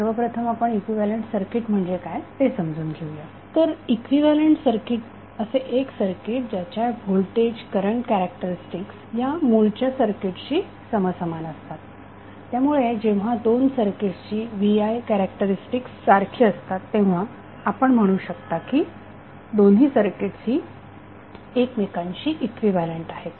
सर्वप्रथम आपण equivalent circuit म्हणजे काय ते समजून घेऊया तर इक्विव्हॅलेन्ट सर्किट असे एक सर्किट ज्याच्या व्होल्टेज करंट कॅरेक्टरीस्टिक्स या मूळच्या सर्किटशी समसमान असतात त्यामुळे जेव्हा दोन सर्किट्स ची V I कॅरेक्टरीस्टिक्स सारखे असतात तेव्हा आपण म्हणू शकता की दोन्ही सर्किट्स ही एकमेकांशी इक्विव्हॅलेन्ट आहेत